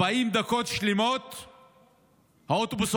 40 דקות שלמות האוטובוס,